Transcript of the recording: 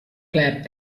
clap